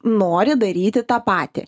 nori daryti tą patį